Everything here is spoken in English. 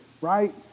right